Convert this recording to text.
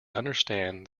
understand